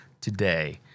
today